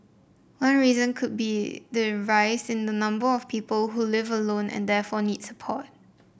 one reason could be the rise in the number of people who live alone and therefore needs support